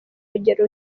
rugero